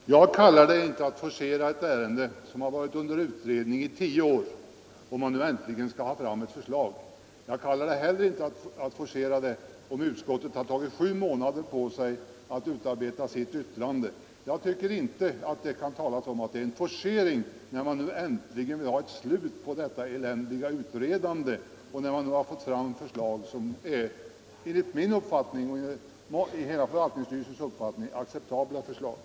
Herr talman! Jag kallar det inte att forcera ett ärende som varit under utredning i tio år, om man nu äntligen skall ha fram ett förslag. Jag kallar det heller inte att forcera det, om utskottet har tagit sju månader på sig att utarbeta sitt betänkande. Jag tycker inte det kan talas om forcering, när man nu äntligen vill ha ett slut på detta eländiga utredande och när man nu har fått fram förslag som enligt hela förvaltningsstyrelsens uppfattning är acceptabla förslag.